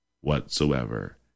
whatsoever